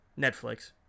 Netflix